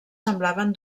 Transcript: semblaven